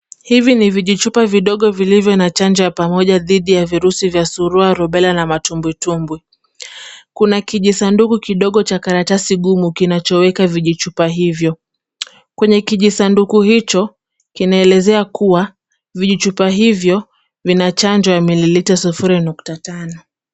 Hivi ni vijichupa vidogo vidogo vilivyo na chanjo ya pamoja dhidi ya virusi vya surua, rubela na matumbwitumbwi. Kuna kijisanduku kidogo cha karatasi ngumu kinachoweka vijichupa hivyo. Kwenye kijisanduku hicho, kinaelezea kuwa vijichupa hivyo vina chanjo ya mililita sufuri nukta tano.